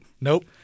Nope